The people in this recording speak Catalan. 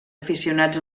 aficionats